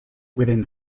within